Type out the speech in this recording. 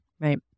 right